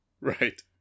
right